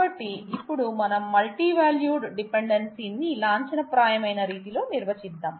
కాబట్టి ఇప్పుడు మనం మల్టీవాల్యూడ్ డిపెండెన్సీ న్ని లాంఛనప్రాయమైన రీతిలో నిర్వచిద్దాం